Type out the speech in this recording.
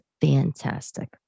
fantastic